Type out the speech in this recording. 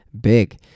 big